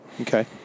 Okay